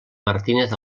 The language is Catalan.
martínez